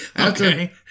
Okay